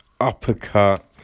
uppercut